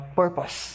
purpose